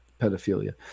pedophilia